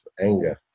anger